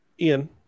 Ian